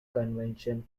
convention